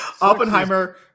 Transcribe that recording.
Oppenheimer